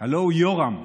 הלוא הוא יורם.